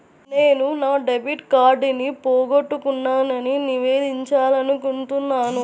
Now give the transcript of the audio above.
నేను నా డెబిట్ కార్డ్ని పోగొట్టుకున్నాని నివేదించాలనుకుంటున్నాను